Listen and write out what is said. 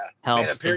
helps